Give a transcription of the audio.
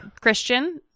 Christian